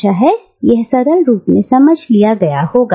आशा है यह सरल रूप में समझ लिया गया होगा